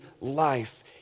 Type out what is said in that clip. life